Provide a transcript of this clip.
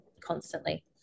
constantly